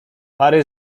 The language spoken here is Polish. pary